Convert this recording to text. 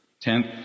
Tenth